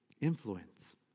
Influence